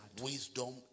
wisdom